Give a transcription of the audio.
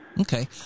Okay